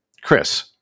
chris